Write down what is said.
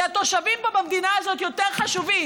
כי התושבים פה במדינה הזאת יותר חשובים.